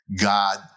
God